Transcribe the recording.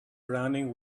running